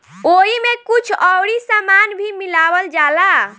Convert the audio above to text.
ओइमे कुछ अउरी सामान भी मिलावल जाला